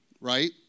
Right